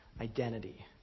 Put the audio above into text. identity